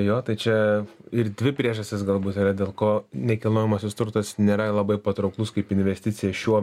jo čia ir dvi priežastys galbūt yra dėl ko nekilnojamasis turtas nėra labai patrauklus kaip investicija šiuo